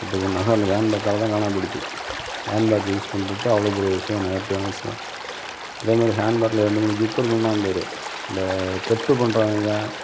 பத்து பவுன் நகை அந்த ஹேண்ட்பேக்கால்தான் காணாம போயிடுச்சு ஹேண்ட்பேக் யூஸ் பண்ணுறது அவ்வளவு பெரிய விஷயம் நெகட்டிவான விஷயம் அதேமாரி ஹேண்ட்பேக்கில் ரெண்டு மூணு ஜிப் இருக்குன்னு தான் பேர் இந்த தெஃப்ட்டு பண்றவங்க